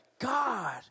God